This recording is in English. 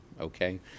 okay